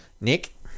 Nick